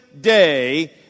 day